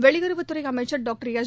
வெளியுறவுத் துறை அமைச்சர் டாக்டர் எஸ்